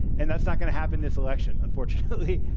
and that's not going to happen this election, unfortunately.